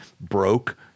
broke